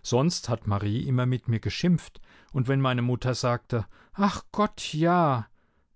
sonst hat marie immer mit mir geschimpft und wenn meine mutter sagte ach gott ja